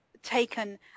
taken